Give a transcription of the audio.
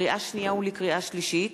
לקריאה שנייה ולקריאה שלישית: